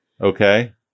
okay